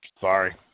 sorry